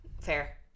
Fair